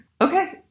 Okay